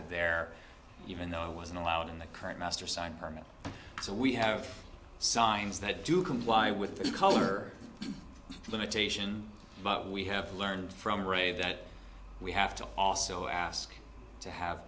it there even though it wasn't allowed in the current master signed permit so we have signs that do comply with the color limitation but we have learned from ray that we have to also ask to have